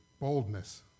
boldness